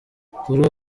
kuri